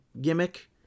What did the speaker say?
gimmick